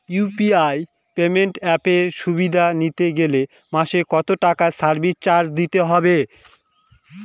UPI payment অ্যাপের সুবিধা নিতে গেলে মাসে কত টাকা সার্ভিস চার্জ দিতে হবে?